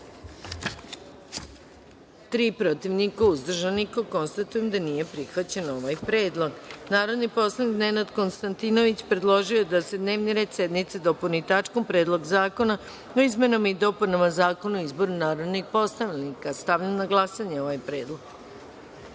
tri, protiv – niko, uzdržanih - nema. Konstatujem da nije prihvaćen ovaj predlog. Narodni poslanik Nenad Konstantinović predložio je da se dnevni red sednice dopuni tačkom – Predlog zakona o izmenama i dopunama Zakona o izboru narodnih poslanika. Stavljam na glasanje ovaj